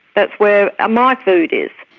that's where ah my food is.